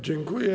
Dziękuję.